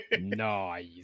Nice